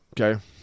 Okay